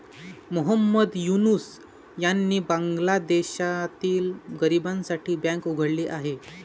मोहम्मद युनूस यांनी बांगलादेशातील गरिबांसाठी बँक उघडली आहे